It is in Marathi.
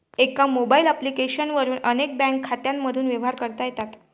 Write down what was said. एका मोबाईल ॲप्लिकेशन वरून अनेक बँक खात्यांमधून व्यवहार करता येतात